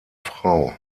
frau